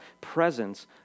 presence